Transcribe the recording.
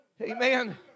Amen